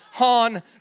on